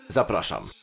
zapraszam